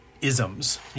isms